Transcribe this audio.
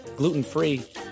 Gluten-free